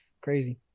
crazy